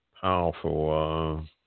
powerful